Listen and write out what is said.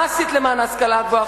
מה עשית למען ההשכלה הגבוהה?